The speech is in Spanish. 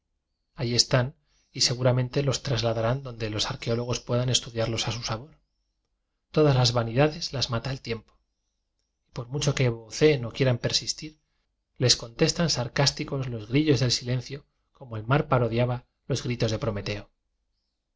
llí están y seguramente los tras ladarán donde los arqueólogos puedan es tudiarlos a su sabor todas las vanidades las mata el tiempo y por mucho que vo ceen o quieran persistir les contestan sar cásticos los grillos del silencio como el mar parodiaba los gritos de prometeo